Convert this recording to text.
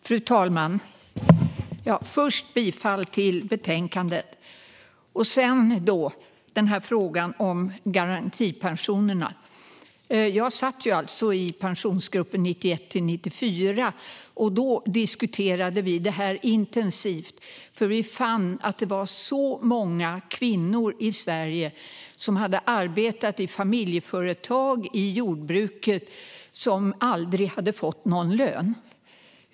Fru talman! Jag vill börja med att yrka bifall till förslaget i betänkandet. När det gäller frågan om garantipensionerna satt jag i pensionsgruppen 1991-1994. Då diskuterade vi detta intensivt, eftersom vi fann att det var så många kvinnor i Sverige som hade arbetat i familjeföretag, till exempel jordbruk, och som aldrig hade fått någon lön.